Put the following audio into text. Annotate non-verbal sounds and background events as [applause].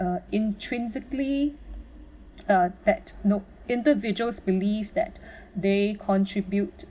uh intrinsically [noise] uh that nope individuals believe that [breath] they contribute